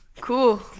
cool